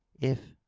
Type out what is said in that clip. if.